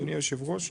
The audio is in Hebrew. אדוני היושב ראש,